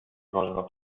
wolno